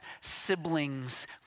siblings